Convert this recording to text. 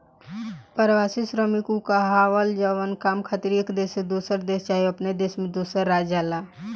प्रवासी श्रमिक उ कहाला जवन काम खातिर एक देश से दोसर देश चाहे अपने देश में दोसर राज्य जाला